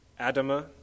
adama